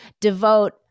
devote